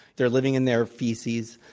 they're living in their feces.